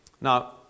Now